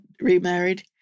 remarried